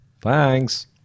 Thanks